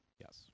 Yes